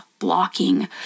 blocking